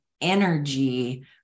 energy